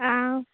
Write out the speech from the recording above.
आं